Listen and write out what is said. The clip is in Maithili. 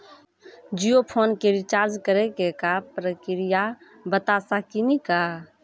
जियो फोन के रिचार्ज करे के का प्रक्रिया बता साकिनी का?